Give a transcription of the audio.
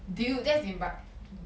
dude that's in bi~